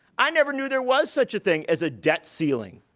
i never knew there was such a thing as a debt ceiling.